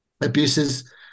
abuses